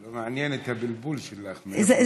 זה מעניין, הבלבול שלך, מאיפה,